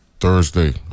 Thursday